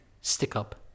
stick-up